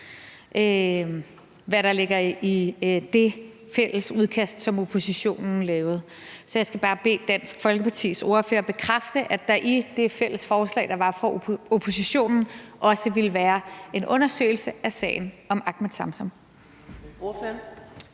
hvad der ligger i det fælles udkast, som oppositionen lavede. Så jeg skal bare bede Dansk Folkepartis ordfører bekræfte, at der i det fælles forslag, der var fra oppositionen, også ville være en undersøgelse af sagen om Ahmed Samsam.